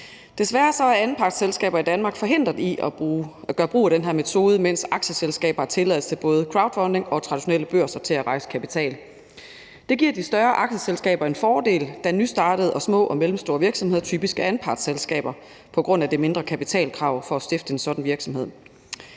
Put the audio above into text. Desværre er anpartsselskaber i Danmark forhindret i at gøre brug af den her metode, mens aktieselskaber har tilladelse til både crowdfunding og brug af traditionelle børser til at rejse kapital. Det giver de større aktieselskaber en fordel, da nystartede og små og mellemstore virksomheder typisk er anpartsselskaber på grund af det mindre kapitalkrav for at stifte en sådan virksomhed.